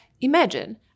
imagine